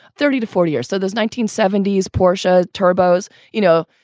thirty to forty years. so there's nineteen seventy s porsche turbo's, you know,